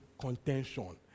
contention